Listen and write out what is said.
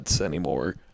anymore